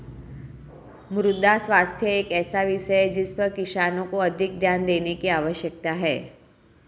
मृदा स्वास्थ्य एक ऐसा विषय है जिस पर किसानों को अधिक ध्यान देने की आवश्यकता है